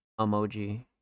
emoji